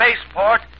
spaceport